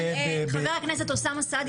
חבר הכנסת אוסאמה סעדי,